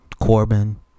Corbin